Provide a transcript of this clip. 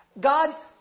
God